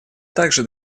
также